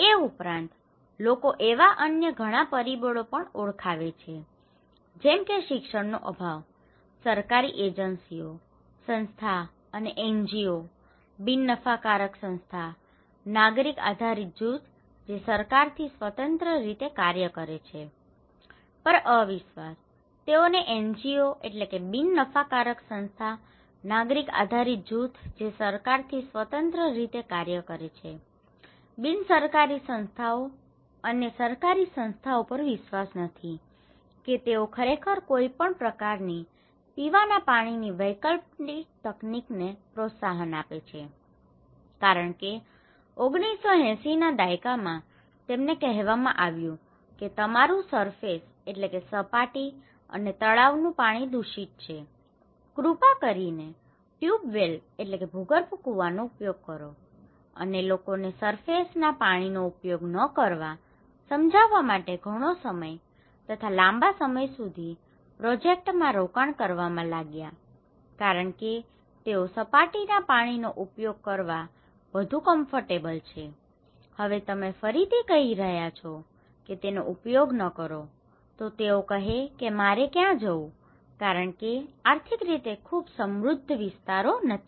એ ઉપરાંત લોકો એવા અન્ય ઘણા પરિબળો પણ ઓળખાવે છે જેમ કે શિક્ષણનો અભાવ સરકારી એજન્સીઓ agencies સંસ્થા અને એનજીઓ NGO બિન નફાકારક સંસ્થા નાગરિક આધારિત જૂથ જે સરકારથી સ્વતંત્ર રીતે કાર્ય કરે છે પર અવિશ્વાસ તેઓને એનજીઓ NGO બિન નફાકારક સંસ્થા નાગરિક આધારિત જૂથ જે સરકારથી સ્વતંત્ર રીતે કાર્ય કરે છે બિન સરકારી સંસ્થાઓ અને સરકારી સંસ્થાઓ પર વિશ્વાસ નથી કે તેઓ ખરેખર કોઈપણ પ્રકારની પીવાના પાણીની વૈકલ્પિક તકનીકને પ્રોત્સાહન આપે છે કારણ કે 1980 ના દાયકામાં તેમને કહેવામાં આવ્યું કે તમારું સરફેસ surface સપાટી અને તળાવોનું પાણી દૂષિત છે કૃપા કરીને ટ્યૂબ વેલનો tube well ભૂગર્ભ કુવા ઉપયોગ કરો અને લોકોને સરફેસના surface સપાટી પાણીનો ઉપયોગ ન કરવા સમજાવવા માટે ઘણો સમય તથા લાંબા સમય સુધી પ્રોજેક્ટમાં રોકાણ કરવામાં લાગ્યા કારણ કે તેઓ સપાટીના પાણીનો ઉપયોગ કરવાં વધુ કમ્ફર્ટેબલ comfortable ખુશાલ છે હવે તમે ફરીથી કહી રહ્યા છો કે તેનો ઉપયોગ ન કરો તો તેઓ કહે છે કે મારે ક્યાં જવું કારણ તે આર્થિક રીતે ખૂબ સમૃદ્ધ વિસ્તારો નથી